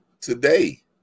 today